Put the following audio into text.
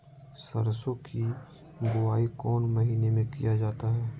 सरसो की बोआई कौन महीने में किया जाता है?